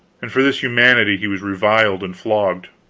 and for this humanity he was reviled and flogged.